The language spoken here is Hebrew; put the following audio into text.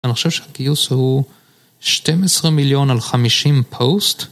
אני חושב שהגיוס הוא 12 מיליון על 50 פוסט